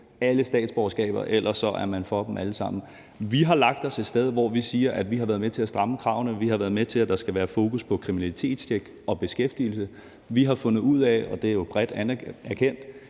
af statsborgerskab, eller også er man for dem alle sammen. Vi har lagt os et sted, hvor vi har været med til at stramme kravene, og vi har været med til, at der skal være fokus på kriminalitetstjek og beskæftigelse. Vi har fundet ud af, og det er jo bredt erkendt,